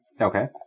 Okay